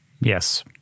Yes